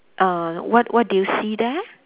uh what what do you see there